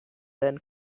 then